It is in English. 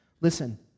Listen